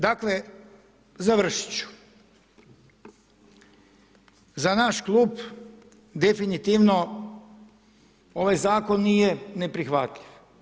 Dakle, završiti ću, za naš klub definitivno ovaj zakon nije neprihvatljiv.